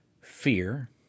fear